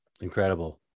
incredible